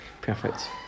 perfect